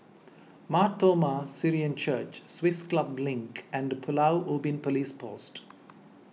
Mar Thoma Syrian Church Swiss Club Link and Pulau Ubin Police Post